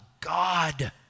God